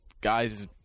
guys